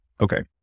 Okay